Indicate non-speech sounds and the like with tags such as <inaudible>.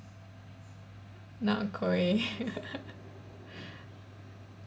not kueh <laughs>